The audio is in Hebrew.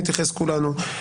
נתייחס לכולנו,